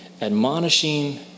admonishing